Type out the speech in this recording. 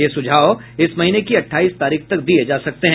यह सुझाव इस महीने की अट्ठाईस तारीख तक दिये जा सकते हैं